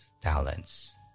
talents